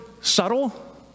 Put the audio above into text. subtle